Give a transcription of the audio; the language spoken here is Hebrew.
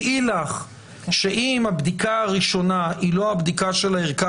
דעי לך שאם הבדיקה הראשונה היא לא הבדיקה של הערכה